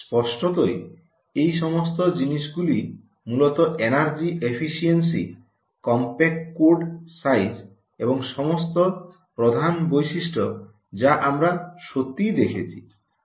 স্পষ্টতই এই সমস্ত জিনিসগুলি মূলত energy efficiency compact code size এবং সমস্ত প্রধান বৈশিষ্ট্য যা আমরা সত্যই দেখছি